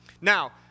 Now